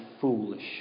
foolish